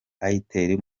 itel